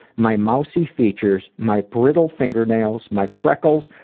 my mousy features, my brittle fingernails, my freckles,